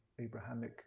Abrahamic